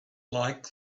like